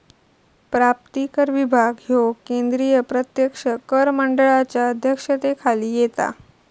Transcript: प्राप्तिकर विभाग ह्यो केंद्रीय प्रत्यक्ष कर मंडळाच्या अध्यक्षतेखाली येता